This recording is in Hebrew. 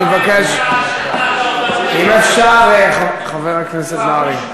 אני מבקש, אם אפשר, חבר הכנסת נהרי,